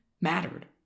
mattered